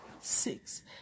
Six